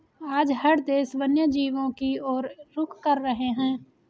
आज हर देश वन्य जीवों की और रुख कर रहे हैं